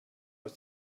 als